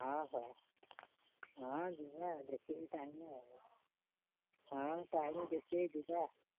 ହଁ ହଉ ହଁ ଯିବା ଦେଖିକି ଟାଇମ ଆଉ ହଁ ଟାଇମ ଦେଖିକି ଯିବା